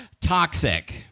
Toxic